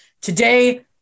today